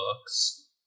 books